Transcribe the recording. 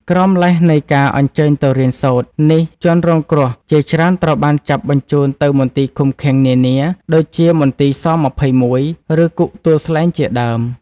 ក្រោមលេសនៃការ "អញ្ជើញទៅរៀនសូត្រ" នេះ ជនរងគ្រោះជាច្រើនត្រូវបានចាប់បញ្ជូនទៅមន្ទីរឃុំឃាំងនានា ដូចជាមន្ទីរស-២១ ឬ គុកទួលស្លែងជាដើម។